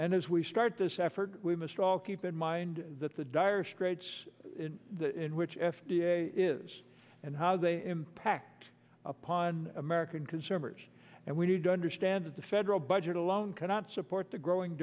and as we start this effort we must all keep in mind that the dire straits in which f d a is and how they impact upon american consumers and we need to understand that the federal budget alone cannot support the growing